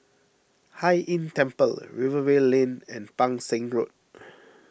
Hai Inn Temple Rivervale Lane and Pang Seng Road